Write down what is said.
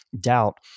doubt